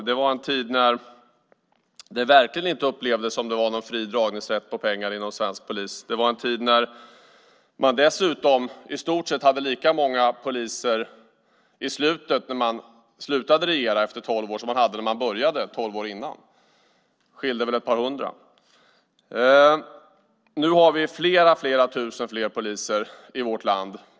Det var en tid när det verkligen inte upplevdes som om det var någon fri dragningsrätt på pengar inom svensk polis. Det var en tid när vi dessutom i stort sett hade lika många poliser när ni slutade regera som vi hade när ni började tolv år innan. Det skilde väl ett par hundra stycken. Nu har vi flera tusen fler poliser i vårt land.